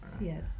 Yes